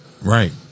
Right